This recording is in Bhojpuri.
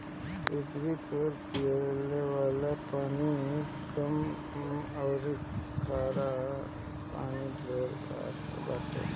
पृथ्वी पर पिये वाला पानी कम अउरी खारा पानी ढेर बाटे